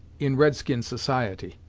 in red-skin society.